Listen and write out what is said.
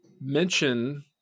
mention